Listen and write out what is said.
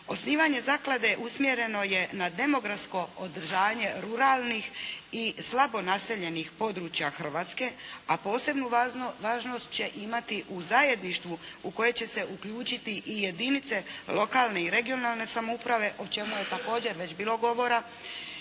Osnivanje zaklade usmjereno je na demografsko održanje ruralnih i slabo naseljenih područja Hrvatske, a posebnu važnost će imati u zajedništvu u koje će se uključiti i jedinice lokalne i regionalne samouprave, o čemu je također već bilo govora,